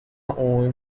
عمومی